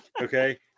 Okay